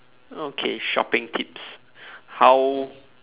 okay shopping tips how